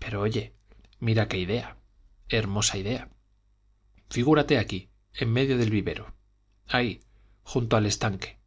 pero oye mira que idea hermosa idea figúrate aquí en medio del vivero ahí junto al estanque